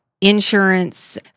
insurance